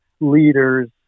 leaders